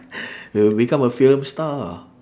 you'll become a film star